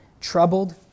troubled